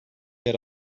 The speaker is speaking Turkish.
yer